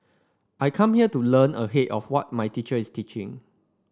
I come here to learn ahead of what my teacher is teaching